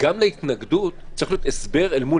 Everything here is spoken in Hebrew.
גם להתנגדות צריך להיות הסבר אל מול